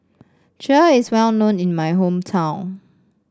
kheer is well known in my hometown